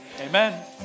Amen